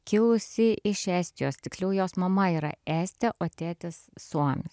kilusi iš estijos tiksliau jos mama yra estė o tėtis suomis